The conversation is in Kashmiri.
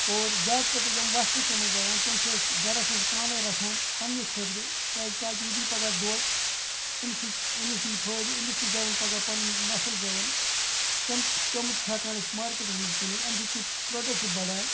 اور زیادٕ کھۄتہٕ یِم وۄژٕج چھِ یِمَن زٮ۪وان تِم چھِ أسۍ گَرَس منٛز پانَے رَچھان پنٛنی خٲطرٕ کیٛازِ تاکہِ یہِ دیہِ پَگاہ دۄد امہِ سُنٛد أمِس ییہِ فٲیدٕ أمِس تہِ زٮ۪وَن پَگاہ پَنٕںۍ نسٕل زٮ۪وَن تِم تِم چھِ ہٮ۪کان أسۍ مارکیٹَس منٛز کٕنِتھ اَمہِ سۭتۍ چھِ پرٛوڈَکٹ بَڑان